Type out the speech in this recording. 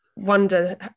wonder